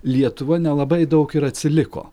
lietuva nelabai daug ir atsiliko